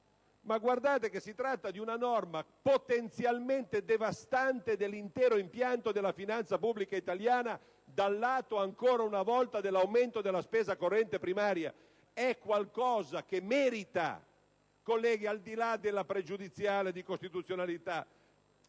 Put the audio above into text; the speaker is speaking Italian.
Guardate che si tratta di una norma potenzialmente devastante dell'intero impianto della finanza pubblica italiana, dal lato, ancora una volta, dell'aumento della spesa corrente primaria. È qualcosa che merita attenzione, colleghi, al di là della pregiudiziale di costituzionalità.